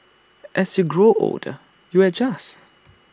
as you grow older you adjust